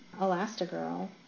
Elastigirl